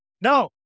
No